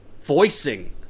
voicing